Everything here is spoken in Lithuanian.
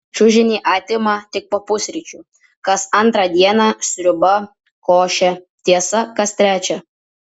čiužinį atima tik po pusryčių kas antrą dieną sriuba košė tiesa kas trečią